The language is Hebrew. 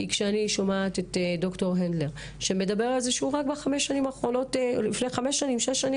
כי כשאני שומעת את דר' הנדלר שרק לפני שש שנים